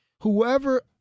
whoever